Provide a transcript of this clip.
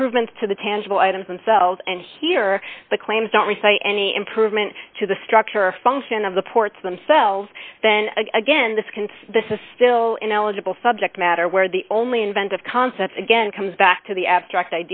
improvements to the tangible items themselves and here the claims don't we say any improvement to the structure a function of the ports themselves then again this can this is still an eligible subject matter where the only inventive concept again comes back to the abstract